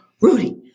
Rudy